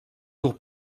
tour